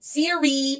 Siri